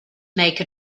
make